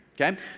Okay